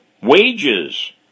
wages